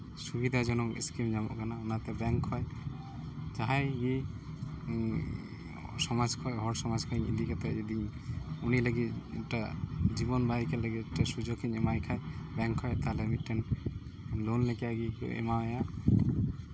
ᱥᱩᱵᱤᱫᱷᱟ ᱡᱚᱱᱚᱠ ᱥᱠᱤᱢ ᱧᱟᱢᱚᱜ ᱠᱟᱱᱟ ᱚᱱᱠᱟᱜᱮ ᱵᱮᱝᱠ ᱠᱷᱚᱡ ᱡᱟᱦᱟᱸᱭ ᱜᱮ ᱥᱚᱢᱟᱡᱽ ᱠᱷᱚᱡ ᱦᱚᱲ ᱥᱚᱢᱟᱡᱽ ᱠᱷᱚᱡ ᱤᱫᱤ ᱠᱟᱛᱮᱫ ᱡᱩᱫᱤ ᱩᱱᱤ ᱞᱟᱹᱜᱤᱫ ᱮᱴᱟᱜ ᱡᱤᱵᱚᱱ ᱵᱟᱦᱤᱠᱟ ᱞᱟᱹᱜᱤᱫ ᱛᱮ ᱥᱩᱡᱳᱜᱽ ᱤᱧ ᱮᱢᱟᱭ ᱠᱷᱟᱡ ᱵᱮᱝᱠ ᱠᱷᱚᱡ ᱛᱟᱦᱚᱞᱮ ᱢᱤᱫᱴᱮᱱ ᱞᱳᱱ ᱞᱮᱠᱟ ᱜᱮᱠᱚ ᱮᱢᱟᱣᱟᱭᱟ